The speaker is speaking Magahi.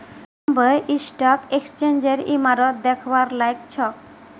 बॉम्बे स्टॉक एक्सचेंजेर इमारत दखवार लायक छोक